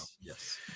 Yes